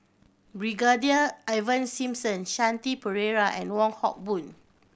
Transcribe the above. Brigadier Ivan Simson Shanti Pereira and Wong Hock Boon